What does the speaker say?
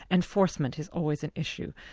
enforcement is always an issue.